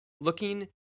looking